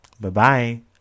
Bye-bye